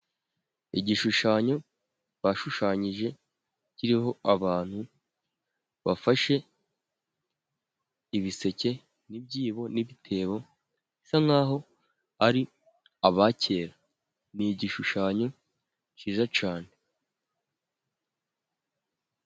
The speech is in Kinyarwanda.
Igishushanyo bashushanyije kiriho abantu bafashe ibiseke, n'ibyibo, n'ibitebo. Bisa nk'aho ari abakera. Ni igishushanyo cyiza cyane.